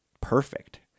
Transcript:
perfect